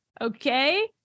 Okay